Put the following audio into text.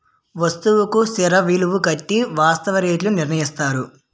వస్తువుకు స్థిర విలువ కట్టి వాస్తవ రేట్లు నిర్ణయిస్తారు